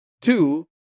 two